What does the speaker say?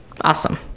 awesome